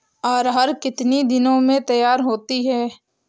अरहर कितनी दिन में तैयार होती है?